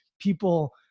people